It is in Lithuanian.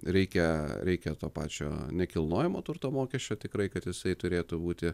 reikia reikia to pačio nekilnojamo turto mokesčio tikrai kad jisai turėtų būti